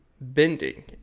bending